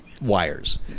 wires